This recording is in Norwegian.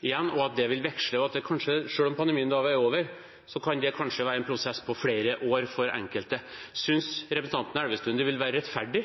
igjen – og at det vil veksle. Selv om pandemien en dag er over, kan det kanskje være en prosess på flere år for enkelte. Synes representanten Elvestuen det vil være rettferdig